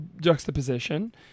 juxtaposition